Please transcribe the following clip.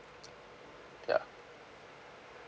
ya